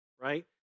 right